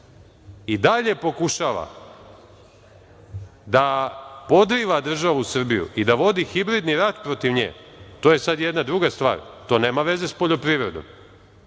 i dalje pokušava da podriva državu Srbiju i da vodi hibridni rat protiv nje, to je sad jedna druga stvar, to nema veze sa poljoprivredom